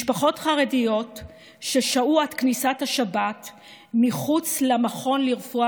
משפחות חרדיות ששהו עד כניסת השבת מחוץ למכון לרפואה